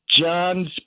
John's